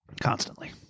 Constantly